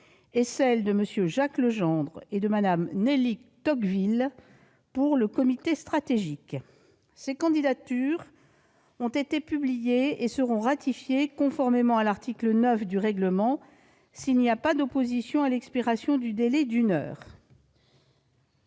et celles de M. Jacques Legendre et Mme Nelly Tocqueville, pour le comité stratégique. Ces candidatures ont été publiées et seront ratifiées, conformément à l'article 9 du règlement, s'il n'y a pas d'opposition à l'expiration du délai d'une heure.